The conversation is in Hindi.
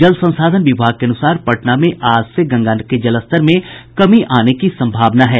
जल संसाधन विभाग के अनुसार पटना में आज से गंगा के जलस्तर में कमी आने की संभावना है